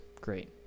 great